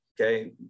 okay